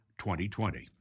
2020